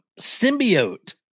symbiote